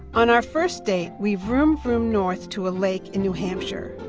on our first date we vroom-vroomed north to a lake in new hampshire.